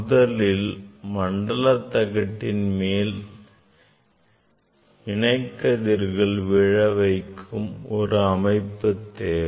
முதலில் மண்டல தகட்டின் மேல் இணை கதிர்கள் விழ வைக்க ஒரு அமைப்பு தேவை